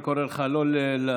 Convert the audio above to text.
אני קורא לך לא להרפות.